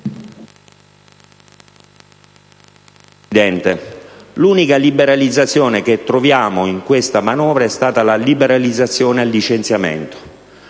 astratti. L'unica liberalizzazione che troviamo in questa manovra è la liberalizzazione al licenziamento,